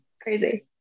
Crazy